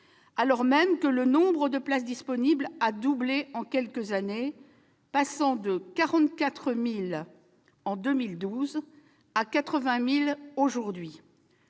alors même que le nombre de places disponibles a doublé en quelques années, passant de 44 000 en 2012 à 80 000 aujourd'hui.